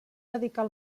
dedicar